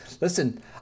listen